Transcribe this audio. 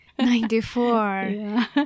Ninety-four